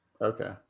Okay